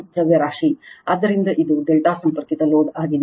ಆದ್ದರಿಂದ ಇದು ∆ ಸಂಪರ್ಕಿತ ಲೋಡ್ ಆಗಿದೆ